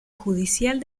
judicial